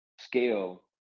scale